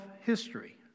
history